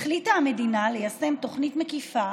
החליטה המדינה ליישם תוכנית מקיפה,